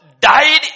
died